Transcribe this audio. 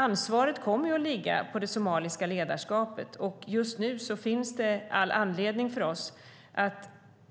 Ansvaret kommer att ligga på det somaliska ledarskapet. Just nu finns det all anledning för oss att